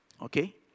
Okay